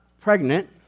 pregnant